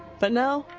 but now,